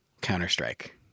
Counter-Strike